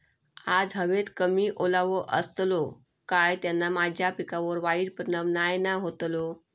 आज हवेत कमी ओलावो असतलो काय त्याना माझ्या पिकावर वाईट परिणाम नाय ना व्हतलो?